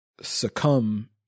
succumb